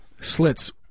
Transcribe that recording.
Slits